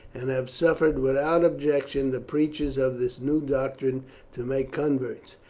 and have suffered without objection the preachers of this new doctrine to make converts.